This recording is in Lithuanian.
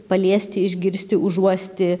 paliesti išgirsti užuosti